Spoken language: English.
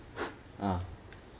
ah